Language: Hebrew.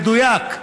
מדויק,